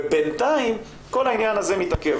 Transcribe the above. ובינתיים כל העניין הזה מתעכב.